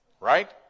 Right